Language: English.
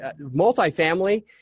multifamily